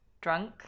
Drunk